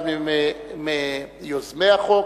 אחד מיוזמי החוק.